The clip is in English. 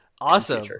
awesome